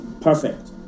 perfect